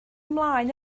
ymlaen